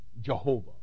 Jehovah